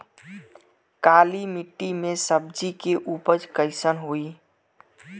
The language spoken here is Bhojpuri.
काली मिट्टी में सब्जी के उपज कइसन होई?